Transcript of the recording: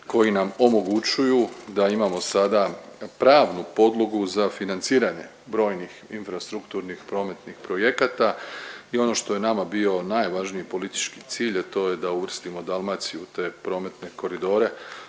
koji nam omogućuju da imamo sada pravnu podlogu za financiranje brojnih infrastrukturnih prometnih projekata i ono što je nama bio najvažniji politički cilj, a to je da uvrstimo Dalmaciju u te prometne koridore,